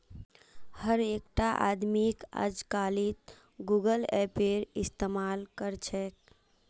हर एकटा आदमीक अजकालित गूगल पेएर इस्तमाल कर छेक